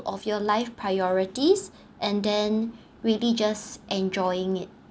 of your life priorities and then really just enjoying it